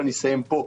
ואני אסיים פה,